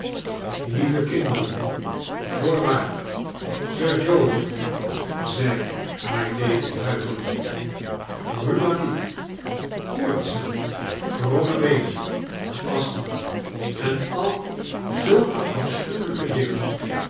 lieve kinderen voorwaar six joseph zei mylady huiverend khumatiek koortsen kromme beenen asthma en al zulke afsohuwelijke dingeu